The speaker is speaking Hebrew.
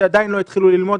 שאפילו עדיין לא התחילו ללמוד,